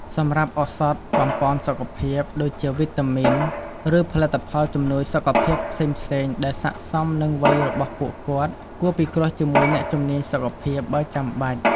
សម្រាប់ឱសថបំប៉នសុខភាព ដូចជាវីតាមីន ឬផលិតផលជំនួយសុខភាពផ្សេងៗដែលស័ក្តិសមនឹងវ័យរបស់ពួកគាត់ (គួរពិគ្រោះជាមួយអ្នកជំនាញសុខភាពបើចាំបាច់)។